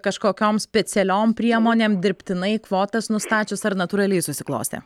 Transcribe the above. kažkokiom specialiom priemonėm dirbtinai kvotas nustačius ar natūraliai susiklostė